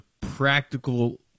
practical